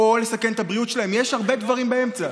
או לסכן את הבריאות שלהם, יש הרבה דברים באמצע.